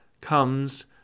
comes